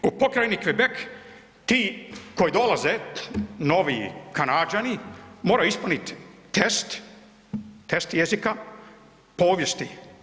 U pokrajini Québec ti koji dolaze novi Kanađani, moraju ispuniti test, test jezika, povijesti.